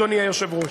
אדוני היושב-ראש,